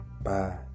Bye